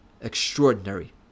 extraordinary